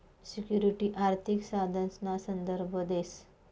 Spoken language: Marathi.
सिक्युरिटी आर्थिक साधनसना संदर्भ देस